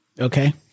Okay